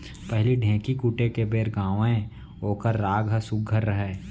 पहिली ढ़ेंकी कूटे के बेर गावयँ ओकर राग ह सुग्घर रहय